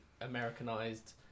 Americanized